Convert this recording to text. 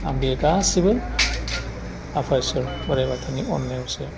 आं बे गासिबो आफा इसोर बोराइ बाथौनि अन्नायावसो